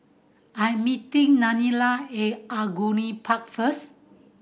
I'm meeting Danelle A Angullia Park first